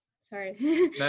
Sorry